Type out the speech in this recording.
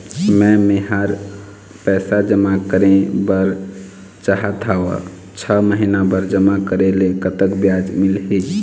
मे मेहर पैसा जमा करें बर चाहत हाव, छह महिना बर जमा करे ले कतक ब्याज मिलही?